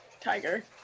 Tiger